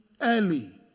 early